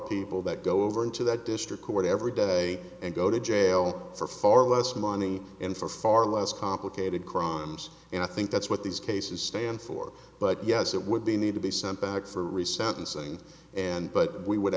people that go over into that district court every day and go to jail for far less money and for far less complicated crimes and i think that's what these cases stand for but yes it would be need to be sent back for a reset and saying and but we would